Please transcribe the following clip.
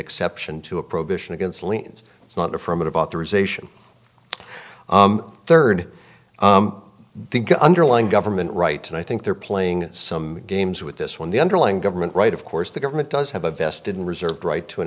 exception to a prohibition against leans it's not an affirmative authorization third underlying government right and i think they're playing some games with this when the underlying government right of course the government does have a vested reserved right to an